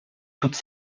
toutes